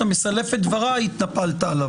אתה מסלף את דבריי - התנפלת עליו.